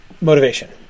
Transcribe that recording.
Motivation